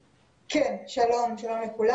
כן, שלום לכולם.